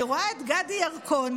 אני רואה את גדי ירקוני,